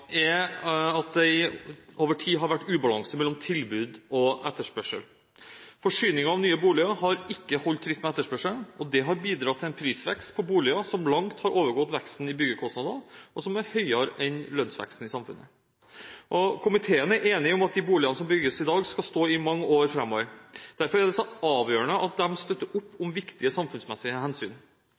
er at det over tid har vært ubalanse mellom tilbud og etterspørsel. Forsyningen av nye boliger har ikke holdt tritt med etterspørselen. Dette har bidratt til en prisvekst på boliger som langt har overgått veksten i byggekostnadene, og som er høyere enn lønnsveksten i samfunnet. Komiteen er enig om at de boligene som bygges i dag, skal stå i mange år framover. Derfor er det så avgjørende at disse støtter opp om viktige samfunnsmessige hensyn.